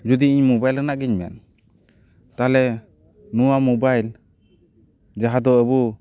ᱡᱩᱫᱤ ᱤᱧ ᱢᱳᱵᱟᱭᱤᱞ ᱨᱮᱱᱟᱜ ᱜᱤᱧ ᱢᱮᱱ ᱛᱟᱦᱞᱮ ᱱᱚᱣᱟ ᱢᱳᱵᱟᱭᱤᱞ ᱡᱟᱦᱟᱸ ᱫᱚ ᱟᱵᱚ